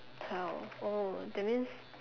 twelve oh that means